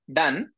done